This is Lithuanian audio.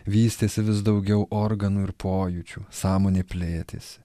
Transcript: vystėsi vis daugiau organų ir pojūčių sąmonė plėtėsi